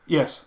Yes